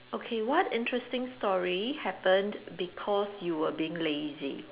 okay what interesting story happened because you were being lazy